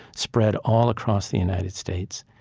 spread all across the united states.